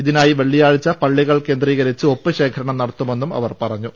ഇതിനായി വെള്ളിയാഴ്ച പള്ളികൾ കേന്ദ്രീകരിച്ച് ഒപ്പ് ശേഖരണം നടത്തുമെന്ന് അവർ പറഞ്ഞു